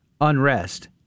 Unrest